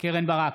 קרן ברק,